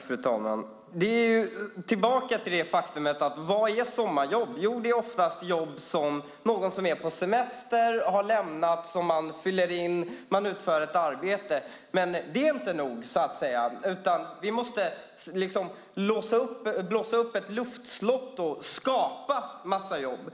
Fru talman! Vad är sommarjobb? Jo, det är oftast jobb som någon som är på semester har lämnat. Man fyller upp och utför ett arbete. Det är dock inte nog, så att säga, utan vi måste blåsa upp ett luftslott och skapa en massa jobb.